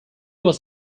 was